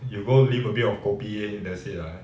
you go lim a bit of kopi that's it lah